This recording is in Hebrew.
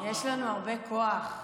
יש לנו הרבה כוח.